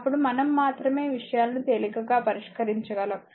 అప్పుడు మనం మాత్రమే విషయాలను తేలికగా పరిష్కరించగలం